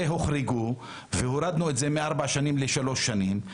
זה הוחרגו והורדנו את זה מארבע שנים לשלוש שנים,